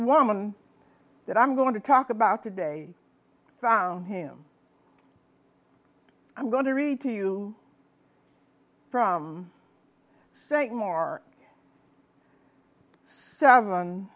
woman that i'm going to talk about today found him i'm going to read to you from saying more seven